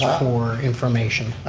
for information.